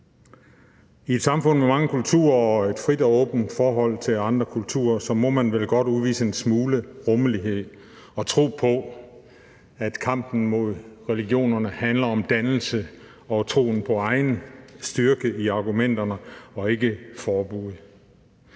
I et samfund med mange kulturer og et frit og åbent forhold til andre kulturer må man vel godt udvise en smule rummelighed og tro på, at kampen mod religionerne handler om dannelse og troen på egen styrke i argumenterne og ikke om forbud.